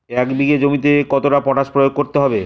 এক বিঘে জমিতে কতটা পটাশ প্রয়োগ করতে হবে?